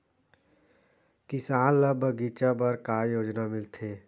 किसान ल बगीचा बर का योजना मिलथे?